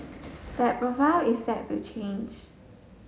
that profile is set to change